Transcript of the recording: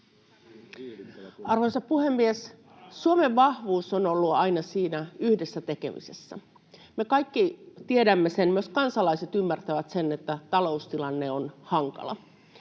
Arvoisa puhemies! Suomen vahvuus on ollut aina yhdessä tekemisessä. Me kaikki tiedämme sen, myös kansalaiset ymmärtävät sen, että taloustilanne on hankala,